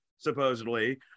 supposedly